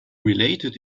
related